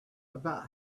about